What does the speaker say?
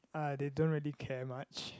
uh they don't really care much